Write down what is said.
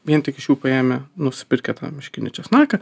vien tik iš jų paėmę nusipirkę tą meškinį česnaką